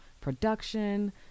production